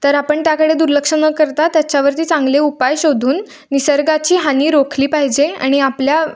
तर आपण त्याकडे दुर्लक्ष न करता त्याच्यावरती चांगले उपाय शोधून निसर्गाची हानी रोखली पाहिजे आणि आपल्या